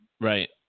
Right